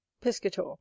Piscator